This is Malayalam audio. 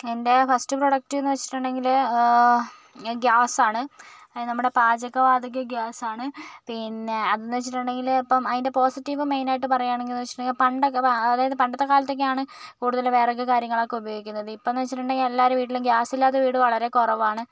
എൻറെ ഫസ്റ്റ് പ്രോഡക്ട്ന്ന് വെച്ചിട്ട്ണ്ടെങ്കില് ഗ്യാസ് ആണ് അത് നമ്മുടെ പാചക വാതക ഗ്യാസ് ആണ് പിന്നെ അതെന്ന് വെച്ചിട്ടുണ്ടെങ്കില് ഇപ്പം അയിന്റെ പോസിറ്റീവ് മെയിനായിട്ട് പറയുകയാണെങ്കില് വെച്ചിട്ടുണ്ടെങ്കില് അതായത് പണ്ടത്തെ കാലത്തൊക്കെയാണ് കൂടുതല് വിറക് കാര്യങ്ങളൊക്കെ ഉപയോഗിക്കുന്നത് ഇപ്പം എന്ന് വെച്ചിട്ടുണ്ടെങ്കില് എല്ലാവരുടെയും വീട്ടിലും ഗ്യാസില്ലാതെ വീട് വളരെ കുറവാണ്